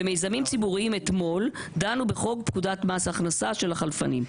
במיזמים ציבוריים דנו אתמול בחוק פקודת מס הכנסה של החלפנים.